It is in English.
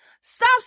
Stop